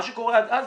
מה שקורה עד אז,